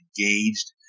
engaged